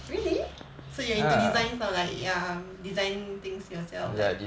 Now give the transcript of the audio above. really so you're into designs or like ya design things yourself